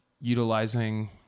utilizing